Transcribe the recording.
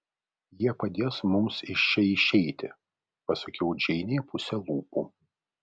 jie padės mums iš čia išeiti pasakiau džeinei puse lūpų